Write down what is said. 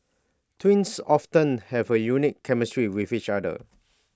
twins often have A unique chemistry with each other